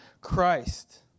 Christ